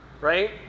right